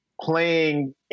playing